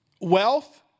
wealth